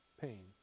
pain